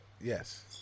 Yes